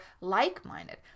like-minded